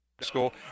School